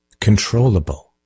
controllable